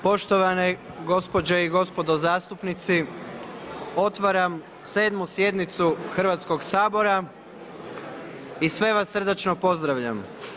Poštovane gospođe i gospodo zastupnici, otvaram 7. sjednicu Hrvatskoga sabora i sve vas srdačno pozdravljam.